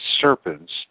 serpents